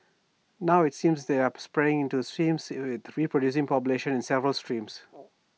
now IT seems that they are spreading into streams with reproducing populations in several streams